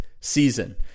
season